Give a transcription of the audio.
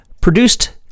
Produced